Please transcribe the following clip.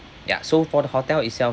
ya so for the hotel itself